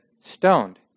stoned